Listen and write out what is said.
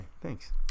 thanks